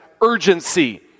urgency